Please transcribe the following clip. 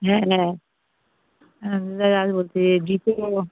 হ্যাঁ হ্যাঁ হ্যাঁ দোকানে আসব দিয়ে জি পে করব